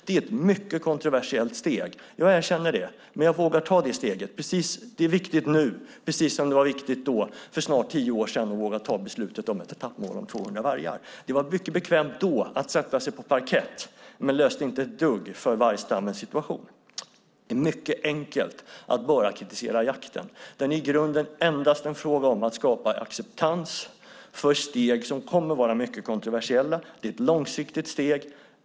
Det är ett mycket kontroversiellt steg; jag erkänner det. Jag vågar dock ta det steget. Det är viktigt nu, precis som det var viktigt för snart tio år sedan att våga ta beslutet om ett etappmål om 200 vargar. Det var mycket bekvämt då att sätta sig på parkett, men det löste inte ett dugg för vargstammens situation. Det är mycket enkelt att bara kritisera jakten. Den är i grunden endast en fråga om att skapa acceptans för steg som kommer att vara mycket kontroversiella. Det är ett långsiktigt steg.